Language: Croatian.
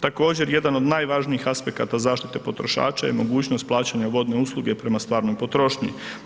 Također jedan od najvažnijih aspekata zaštite potrošača je mogućnost plaćanja vodne usluge prema stvarnoj potrošnji.